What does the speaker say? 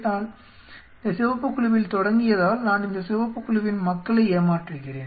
நான் இந்த சிவப்பு குழுவில் தொடங்கியதால் நான் இந்த இந்த சிவப்பு குழுவின் மக்களை ஏமாற்றுகிறேன்